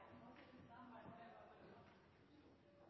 har ikke mange